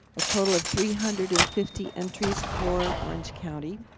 a total of three hundred and fifty entries for orange county.